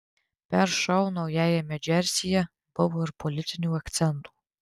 per šou naujajame džersyje buvo ir politinių akcentų